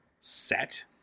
set